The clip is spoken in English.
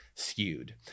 skewed